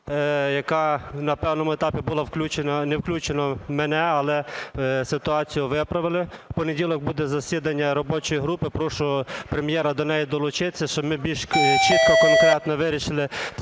яка на певному етапі було не включено мене, але ситуацію виправили. В понеділок буде засідання робочої групи, прошу Прем'єра до неї долучитися, щоб ми чітко конкретно вирішити ті